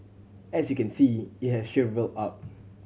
as you can see it has shrivelled up